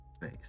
base